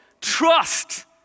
trust